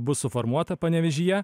bus suformuota panevėžyje